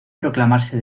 proclamarse